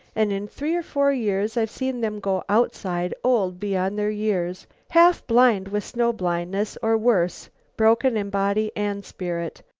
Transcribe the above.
and in three or four years i've seen them go outside, old beyond their years, half-blind with snow-blindness, or worse broken in body and spirit.